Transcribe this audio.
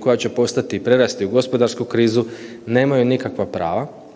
koja će postati i prerasti u gospodarsku krizu nemaju nikakva prava